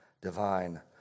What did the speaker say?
divine